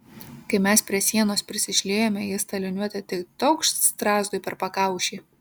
kai mes prie sienos prisišliejome jis ta liniuote tik taukšt strazdui per pakaušį